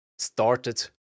Started